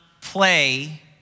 play